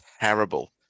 terrible